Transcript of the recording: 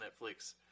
Netflix